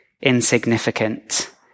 insignificant